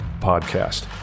Podcast